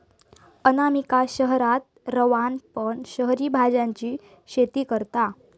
अनामिका शहरात रवान पण शहरी भाज्यांची शेती करता